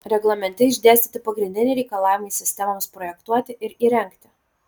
reglamente išdėstyti pagrindiniai reikalavimai sistemoms projektuoti ir įrengti